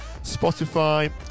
Spotify